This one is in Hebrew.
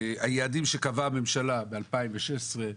היעדים שקבעה הממשלה ב-2016,